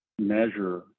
measure